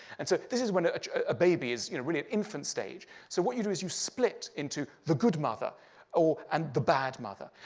and so this is when a ah baby is you know really at an infant stage. so what you do is you split into the good mother or and the bad mother.